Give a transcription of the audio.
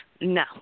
No